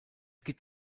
gibt